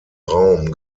raum